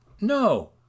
No